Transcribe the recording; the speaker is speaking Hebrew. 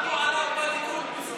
עבדו עליו בליכוד, מסכן.